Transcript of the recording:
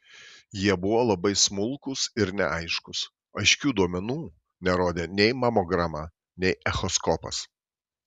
jie buvo labai smulkūs ir neaiškūs aiškių duomenų nerodė nei mamograma nei echoskopas